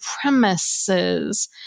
premises